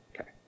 Okay